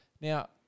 Now